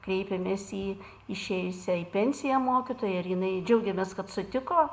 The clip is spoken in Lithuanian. kreipėmės į išėjusią į pensiją mokytoją ir jinai džiaugiamės kad sutiko